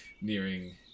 nearing